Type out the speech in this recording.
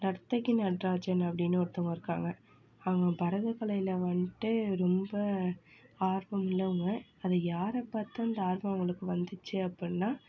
நர்த்தகி நடராஜன் அப்படின்னு ஒருத்தவுங்க இருக்காங்க அவங்க பரத கலையில் வந்துட்டு ரொம்ப ஆர்வமுள்ளவங்க அதை யாரை பார்த்து அந்த ஆர்வம் அவங்களுக்கு வந்துச்சு அப்புடின்னா